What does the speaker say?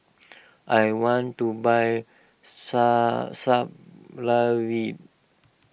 I want to buy Supravit